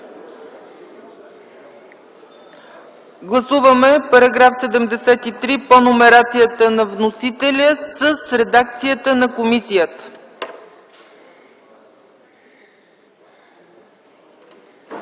гласуваме § 73 по номерацията на вносителя с редакцията на комисията.